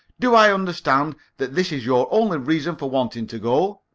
do i understand that this is your only reason for wanting to go?